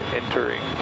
entering